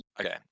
Okay